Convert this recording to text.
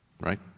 right